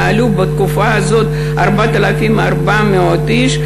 ועלו בתקופה הזאת 4,400 איש,